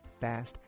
fast